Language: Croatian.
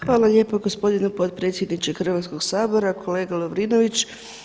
Hvala lijepo gospodine potpredsjedniče Hrvatskog sabora, kolega Lovrinović.